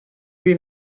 lui